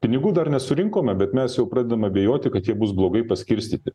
pinigų dar nesurinkome bet mes jau pradedam abejoti kad jie bus blogai paskirstyti